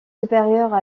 supérieures